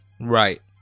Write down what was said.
Right